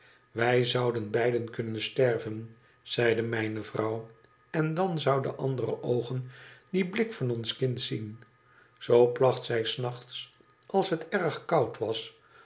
iwij zouden beiden kunnen sterven zeide mijne vrouw ten dan zouden andere oogen dien blik van ons kind zien zoo placht zij s nachts als het erg koud was